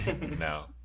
No